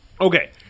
Okay